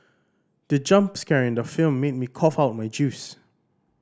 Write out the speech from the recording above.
the jump scare in the film made me cough out my juice